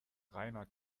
reiner